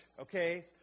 okay